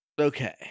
Okay